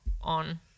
On